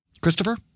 Christopher